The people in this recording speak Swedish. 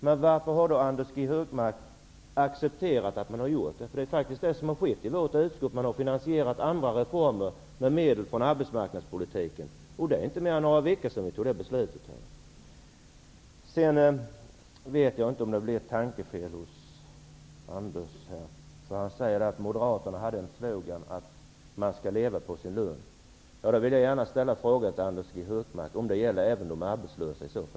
Men varför har då Anders G Högmark accepterat att man har gjort det? Det är faktiskt det som har skett i vårt utskott. Man har finansierat andra reformer med medel från arbetsmarknadspolitiken. Det är inte mer än några veckor sedan som vi fattade ett sådant beslut. Jag vet inte om Anders G Högmark gjorde ett tankefel när han sade att Moderaterna hade en slogan om att man skall kunna leva på sin lön. Jag vill därför gärna fråga honom om det i så fall gäller även de arbetslösa.